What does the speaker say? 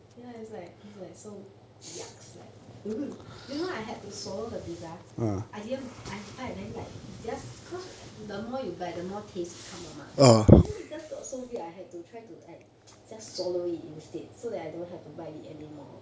ya is like is like so yucks like you know I had to swallow the pizza I didn't I bite then like is just because the more you bite the more taste it come out mah then it just got so weird I had to try to like just swallow it instead so I don't have to bite it anymore